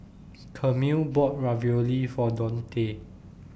Camille bought Ravioli For Dontae